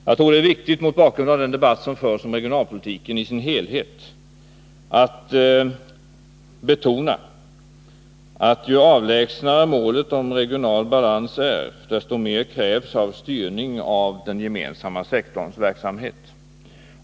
Jag tror att det mot bakgrund av den debatt som förs om regionalpolitiken i dess helhet är viktigt att betona att ju avlägsnare målet för regional balans är, desto mer av styrning krävs för den gemensamma sektorns verksamhet.